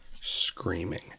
screaming